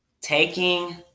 taking